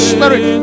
Spirit